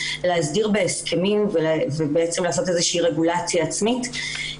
להסדיר בהסכמים ובעצם לעשות איזו שהיא רגולציה עצמית.